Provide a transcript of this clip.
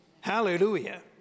Hallelujah